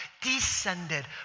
descended